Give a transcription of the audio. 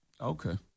Okay